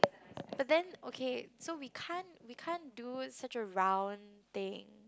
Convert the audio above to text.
but then okay so we can't we can't do such a round thing